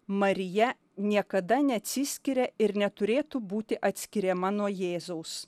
marija niekada neatsiskiria ir neturėtų būti atskiriama nuo jėzaus